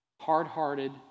hard-hearted